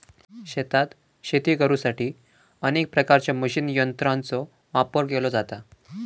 शेतात शेती करुसाठी अनेक प्रकारच्या मशीन यंत्रांचो वापर केलो जाता